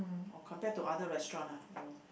oh compared to other restaurants lah oh